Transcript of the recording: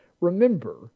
Remember